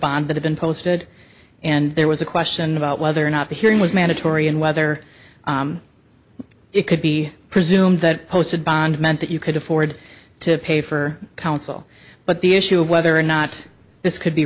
bond that have been posted and there was a question about whether or not the hearing was mandatory and whether it could be presumed that posted bond meant that you could afford to pay for counsel but the issue of whether or not this could be